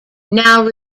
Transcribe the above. now